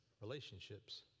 Relationships